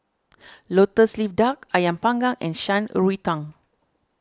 Lotus Leaf Duck Ayam Panggang and Shan Rui Tang